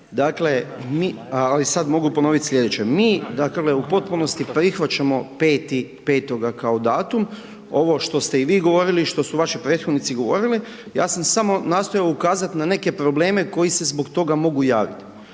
dakle mi, ali sad mogu ponoviti sljedeće, mi dakle, u potpunosti prihvaćamo 05.05. kao datum, ovo što ste i vi govorili, i što su vaši prethodnici govorili, ja sam samo nastojao ukazati na neke probleme koji se zbog toga mogu javit.